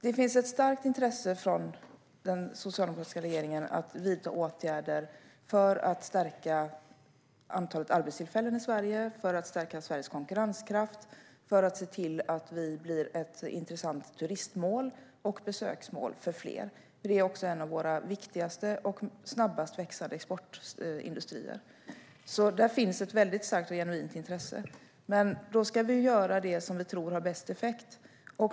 Det finns ett starkt intresse från den socialdemokratiska regeringen att vidta åtgärder för att stärka antalet arbetstillfällen i Sverige och Sveriges konkurrenskraft och för att se till att vi blir ett intressant turist och besöksmål för fler. Det är en av våra viktigaste och snabbast växande exportindustrier. Där finns ett starkt och genuint intresse, men då ska vi göra det som vi tror har bäst effekt.